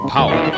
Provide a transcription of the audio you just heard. Power